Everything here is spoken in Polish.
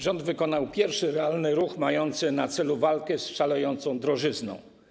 Rząd wykonał pierwszy realny ruch mający na celu walkę z szalejącą drożyzną.